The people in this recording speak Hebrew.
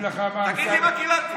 תגיד לי מה קיללתי.